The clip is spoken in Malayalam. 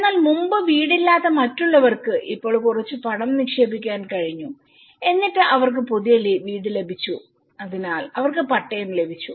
എന്നാൽ മുമ്പ് വീടില്ലാത്ത മറ്റുള്ളവർക്ക് ഇപ്പോൾ കുറച്ച് പണം നിക്ഷേപിക്കാൻ കഴിഞ്ഞുഎന്നിട്ട് അവർക്ക് പുതിയ വീട് ലഭിച്ചു അതിനാൽ അവർക്ക് പട്ടയം ലഭിച്ചു